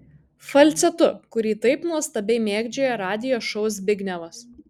falcetu kurį taip nuostabiai mėgdžioja radijo šou zbignevas